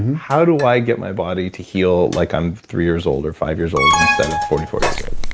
how do i get my body to heal like i'm three years old, or five years old, instead of forty four years old.